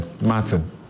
Martin